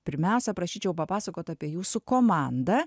pirmiausia prašyčiau papasakot apie jūsų komanda